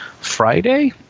Friday